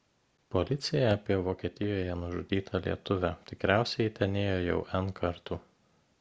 policija apie vokietijoje nužudytą lietuvę tikriausiai ji ten ėjo jau n kartų